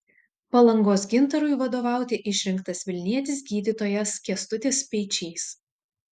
palangos gintarui vadovauti išrinktas vilnietis gydytojas kęstutis speičys